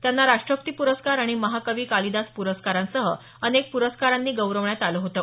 त्यांना राष्ट्रपती पुरस्कार आणि महाकवी कालिदास पुरस्कारांसह अनेक प्रस्कारांनी गौरवण्यात आलं होतं